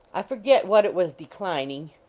i forget what it was declining,